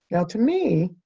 now, to me,